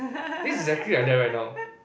this is exactly like that right now